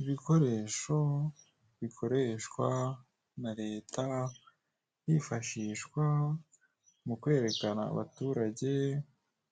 Ibikoresho bikoreshwa na Leta hifashishwa mu kwerekana abaturage